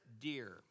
dear